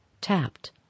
tapped